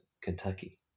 Kentucky